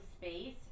space